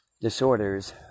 disorders